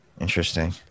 Interesting